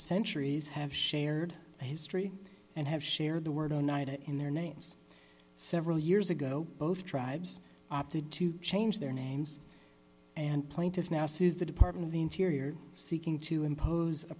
centuries have shared history and have shared the word oneida in their names several years ago both tribes opted to change their names and plaintiffs now says the department of the interior seeking to impose a